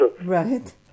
Right